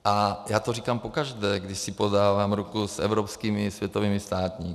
A já to říkám pokaždé, když si podávám ruku s evropskými světovými státníky.